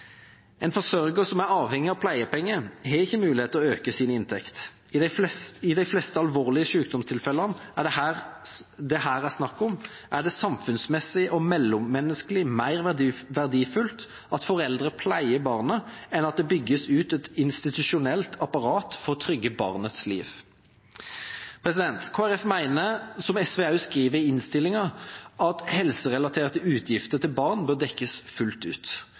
En forsørger som er avhengig av pleiepenger, har ikke mulighet til å øke sin inntekt. I de fleste alvorlige sykdomstilfellene det her er snakk om, er det samfunnsmessig og mellommenneskelig mer verdifullt at foreldre pleier barnet enn at det bygges ut et institusjonelt apparat for å trygge barnets liv. Kristelig Folkeparti mener, som SV også skriver i innstillinga, at helserelaterte utgifter til barn bør dekkes fullt ut.